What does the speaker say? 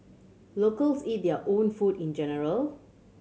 locals eat their own food in general